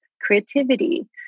creativity